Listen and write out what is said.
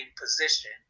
position